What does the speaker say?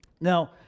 Now